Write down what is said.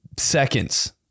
Seconds